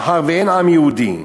מאחר שאין עם יהודי,